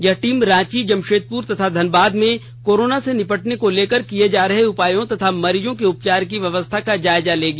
यह टीम रांची जमशेदपुर तथा धनबाद में कोरोना से निपटने को लेकर किये जा रहे उपायों तथा मरीजों के उपचार की व्यवस्था का जायजा लेगी